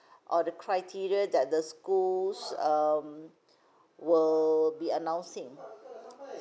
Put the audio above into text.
or the criteria that the schools um will be announcing